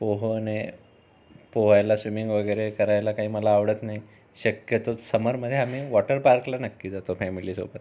पोहणे पोहायला स्विमिंग वगैरे करायला काही मला आवडत नाही शक्यतो समरमध्ये आम्ही वॉटरपार्कला नक्की जातो फॅमिलीसोबत